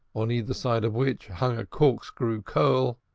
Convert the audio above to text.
on either side of which hung a corkscrew curl,